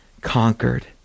conquered